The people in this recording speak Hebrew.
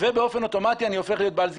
ובאופן אוטומטי אני הופך להיות בעל זיקה.